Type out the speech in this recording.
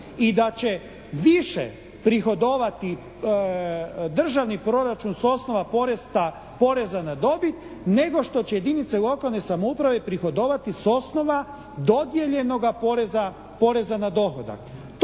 i da će više prihodovati državni proračun s osnova poreza na dobit nego što će jedinice lokalne samouprave prihodovati s osnova dodijeljenoga poreza na dohodak.